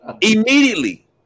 immediately